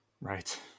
Right